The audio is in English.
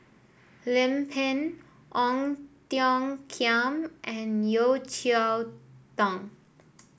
Lim Pin Ong Tiong Khiam and Yeo Cheow Tong